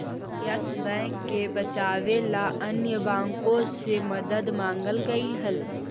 yes Bank के बचावे ला अन्य बाँकों से मदद मांगल गईल हल